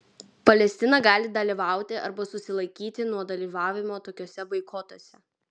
palestina gali dalyvauti arba susilaikyti nuo dalyvavimo tokiuose boikotuose